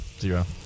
Zero